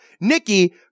Nikki